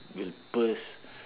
will burst